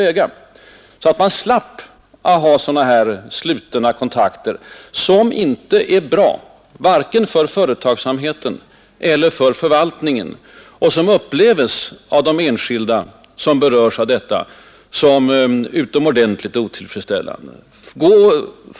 Därigenom skulle vi slippa sådana här slutna kontakter, som inte är bra, vare sig för företagsamheten eller för förvaltningen, och som upplevs av de enskilda som berörs som utomordentligt otillfredsställande.